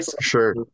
sure